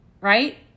Right